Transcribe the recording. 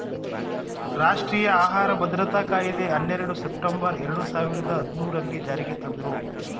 ರಾಷ್ಟ್ರೀಯ ಆಹಾರ ಭದ್ರತಾ ಕಾಯಿದೆ ಹನ್ನೆರಡು ಸೆಪ್ಟೆಂಬರ್ ಎರಡು ಸಾವಿರದ ಹದ್ಮೂರಲ್ಲೀ ಜಾರಿಗೆ ತಂದ್ರೂ